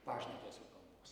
pašnekesio kalbos